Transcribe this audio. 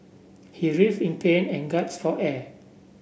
he writhe in pain and for air